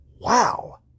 Wow